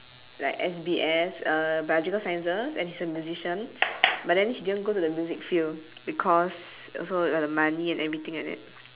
like S_B_S uh biological sciences and he's a musician but then he didn't go to the music field because also about the money and everything like that